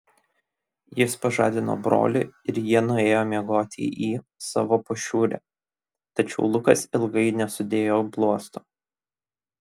jis pažadino brolį ir jie nuėjo miegoti į savo pašiūrę tačiau lukas ilgai nesudėjo bluosto